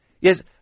Yes